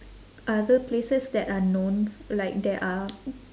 other places that are known like that are